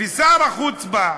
ושר החוץ בא,